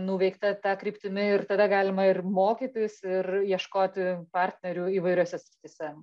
nuveikta ta kryptimi ir tada galima ir mokytis ir ieškoti partnerių įvairiose srityse